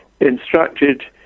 instructed